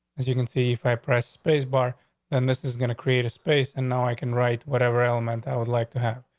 as you can see, if i pressed baseball and this is going to create a space and now i can write whatever element i would like to have.